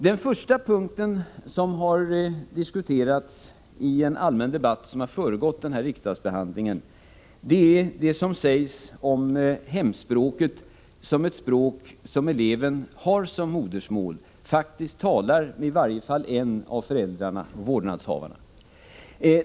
Den första punkt som har diskuterats i en allmän debatt som har föregått den här riksdagsbehandlingen är det som sägs om hemspråket som ett språk som eleven har som modersmål och faktiskt talar med i varje fall en av föräldrarna eller vårdnadshavarna.